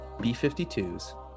B-52s